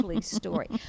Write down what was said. story